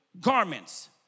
garments